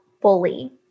fully